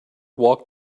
walked